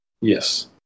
Yes